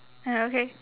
ah okay